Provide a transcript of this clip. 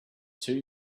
too